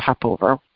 Popover